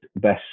best